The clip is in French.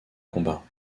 combats